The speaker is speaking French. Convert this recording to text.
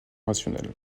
rationnelle